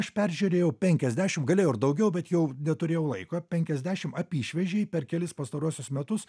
aš peržiūrėjau penkiasdešimt galėjau ir daugiau bet jau neturėjau laiko penkiasdešimt apyšviežiai per kelis pastaruosius metus